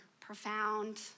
profound